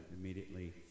immediately